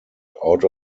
out